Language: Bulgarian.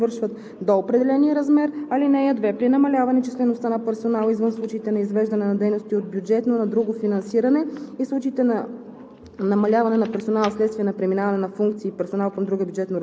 § 15: „§ 15. (1) Утвърдените разходи за персонал на НЗОК се извършват до определения размер. (2) При намаляване числеността на персонала, извън случаите на извеждане на дейности от бюджетно на друго финансиране и случаите на